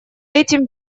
этим